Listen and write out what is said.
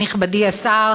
נכבדי השר,